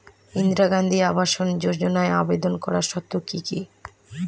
ইন্দিরা গান্ধী আবাস যোজনায় আবেদন করার শর্ত কি কি?